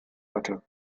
hatte